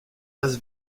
las